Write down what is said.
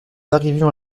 arrivions